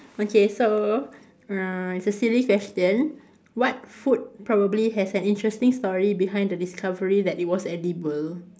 okay so uh it's a silly question what food probably has an interesting story behind the discovery that it was edible